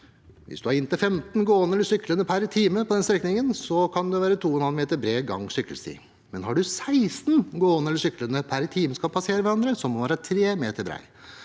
hvis det er inntil 15 gående eller syklende per time på en strekning, kan det være 2,5 meter bred gang- og sykkelsti, men er det 16 gående eller syklende per time som skal passere hverandre, må den være 3 meter bred.